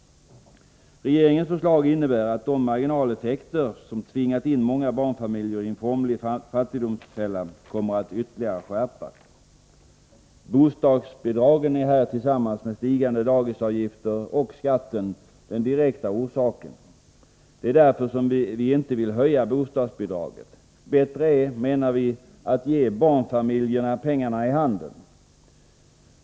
Regeringens förslag innebär att de marginaleffekter som tvingat in många barnfamiljer i en formlig fattigdomsfälla kommer att ytterligare skärpas. Bostadsbidragen är här tillsammans med stigande daghemsavgifter och skatten den direkta orsaken. Det är därför som vi inte vill höja bostadsbidraget. Bättre är, menar vi, att ge barnfamiljerna pengarna i handen.